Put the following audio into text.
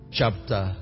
chapter